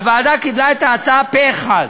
הוועדה קיבלה את ההצעה פה אחד,